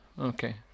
Okay